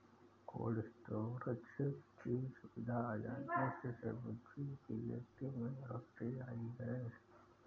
cold storage की सुविधा आ जाने से सब्जी की खेती में बढ़ोत्तरी आई है